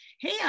Hey